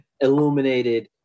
illuminated